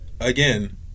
again